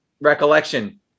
recollection